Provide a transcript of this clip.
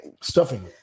stuffing